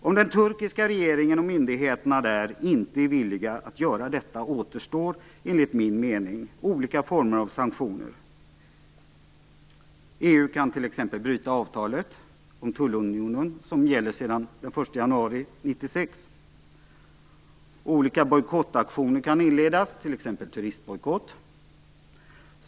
Om den turkiska regeringen och myndigheterna där inte är villiga att göra detta, återstår enligt min mening olika former av sanktioner. EU kan t.ex. bryta avtalet om tullunionen som gäller sedan den 1 januari 1996. Olika bojkottaktioner kan inledas, t.ex. turistbojkott.